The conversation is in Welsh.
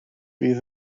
fydd